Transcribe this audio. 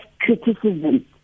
criticism